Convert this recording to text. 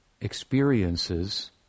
experiences